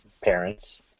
parents